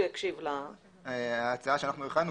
- ההצעה שהכנו,